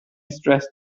stressed